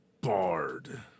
barred